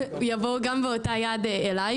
יבואו באותה יד אליי,